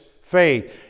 faith